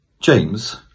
James